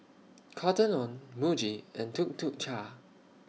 Cotton on Muji and Tuk Tuk Cha